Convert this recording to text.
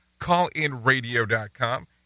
callinradio.com